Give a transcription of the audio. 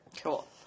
Cool